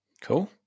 Cool